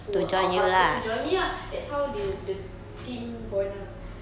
who were outcasted to join me ah that's how the the team bond ah